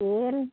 এর